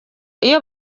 iyo